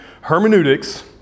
Hermeneutics